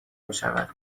میشود